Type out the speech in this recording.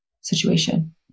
situation